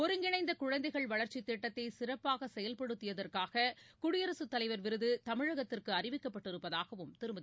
ஒருங்கிணைந்த குழந்தைகள் வளர்ச்சித் திட்டத்தை சிறப்பாக செயல்படுத்தியதற்காக குடியரசுத் தலைவர் விருது தமிழகத்திற்கு அறிவிக்கப்பட்டிருப்பதாகவும் திருமதி